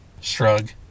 Shrug